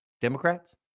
Democrats